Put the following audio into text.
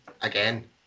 again